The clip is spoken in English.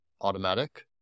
automatic